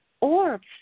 orbs